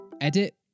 edit